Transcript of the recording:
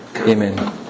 Amen